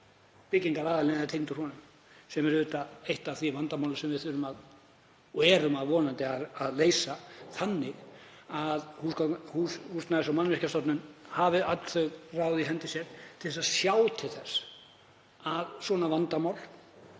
byggingaraðilinn eða tengdur honum. Það er auðvitað eitt af þeim vandamálum sem við þurfum og erum vonandi að leysa þannig að Húsnæðis- og mannvirkjastofnun hafi öll ráð í hendi sér til að sjá til þess að svona vandamál